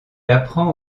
apprend